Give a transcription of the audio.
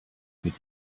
mit